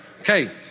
Okay